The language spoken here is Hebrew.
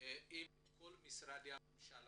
עם כל משרדי הממשלה